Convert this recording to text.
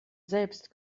selbst